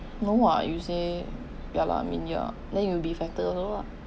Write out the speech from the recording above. no ah you say ya lah I mean ya then you'll be fatter also lah